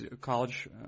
college